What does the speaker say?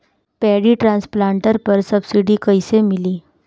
Paddy transplanter पर subsidy कैसे मिली?